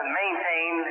maintain